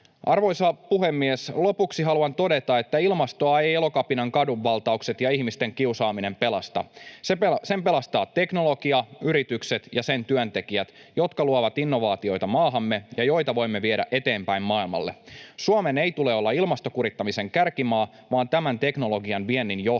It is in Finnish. Arvoisa puhemies! Lopuksi haluan todeta, että ilmastoa eivät Elokapinan kadunvaltaukset ja ihmisten kiusaaminen pelasta. Sen pelastavat teknologia, yritykset ja niiden työntekijät, jotka luovat innovaatioita maahamme ja joita voimme viedä eteenpäin maailmalle. Suomen ei tule olla ilmastokurittamisen kärkimaa vaan tämän teknologian viennin johtomaa.